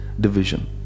division